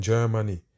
Germany